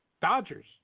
Dodgers